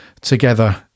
together